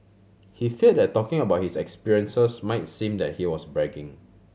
he feared that talking about his experiences might seem like he was bragging